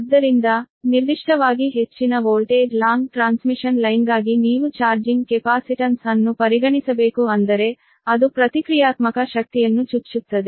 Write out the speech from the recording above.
ಆದ್ದರಿಂದ ನಿರ್ದಿಷ್ಟವಾಗಿ ಹೆಚ್ಚಿನ ವೋಲ್ಟೇಜ್ ಲಾಂಗ್ ಟ್ರಾನ್ಸ್ಮಿಷನ್ ಲೈನ್ಗಾಗಿ ನೀವು ಚಾರ್ಜಿಂಗ್ ಕೆಪಾಸಿಟನ್ಸ್ ಅನ್ನು ಪರಿಗಣಿಸಬೇಕು ಅಂದರೆ ಅದು ಪ್ರತಿಕ್ರಿಯಾತ್ಮಕ ಶಕ್ತಿಯನ್ನು ಚುಚ್ಚುತ್ತದೆ